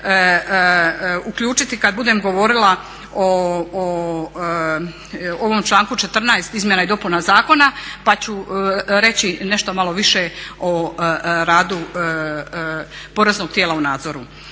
uključiti kad budem govorila o ovom članku 14. izmjena i dopuna zakona pa ću reći nešto malo više o radu poreznog tijela u nadzoru.